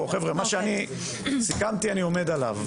חבר'ה, מה שאני סיכמתי, אני עומד עליו.